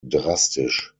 drastisch